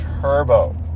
turbo